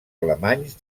alemanys